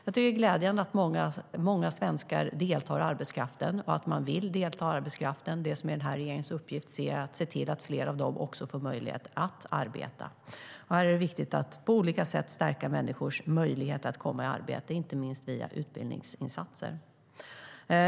Jag tycker att det är glädjande att många svenskar vill delta i arbetskraften. Det som är regeringens uppgift är att se till att fler av dem också får möjlighet att arbeta. Här är det viktigt att på olika sätt stärka människors möjlighet att komma i arbete, inte minst via utbildningsinsatser.